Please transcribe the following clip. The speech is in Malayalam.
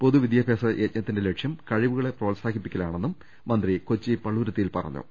പൊതുവിദ്യാ ഭ്യാസ യജ്ഞത്തിന്റെ ലക്ഷൃം കഴിവുകളെ പ്രോത്സാഹിപ്പിക്കലാണെന്നും മന്ത്രി കൊച്ചി പള്ളുരുത്തിയിൽ പറഞ്ഞു